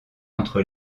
entre